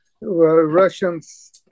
Russians